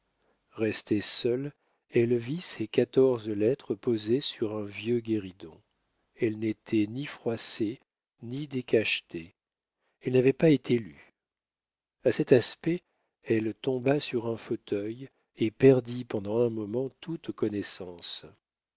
restée seule elle vit ses quatorze lettres posées sur un vieux guéridon elles n'étaient ni froissées ni décachetées elles n'avaient pas été lues a cet aspect elle tomba sur un fauteuil et perdit pendant un moment toute connaissance